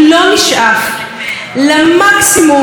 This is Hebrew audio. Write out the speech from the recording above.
שכל מדינות העולם חייבות להירתם אליו,